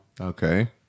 Okay